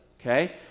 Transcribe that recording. okay